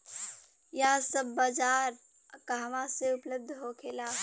यह सब औजार कहवा से उपलब्ध होखेला?